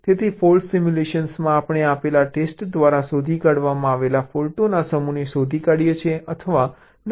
તેથી ફોલ્ટ્સ સિમ્યુલેશનમાં આપણે આપેલા ટેસ્ટ સેટ દ્વારા શોધી કાઢવામાં આવેલા ફૉલ્ટોના સમૂહને શોધી કાઢીએ છીએ અથવા નક્કી કરીએ છીએ